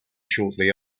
shortly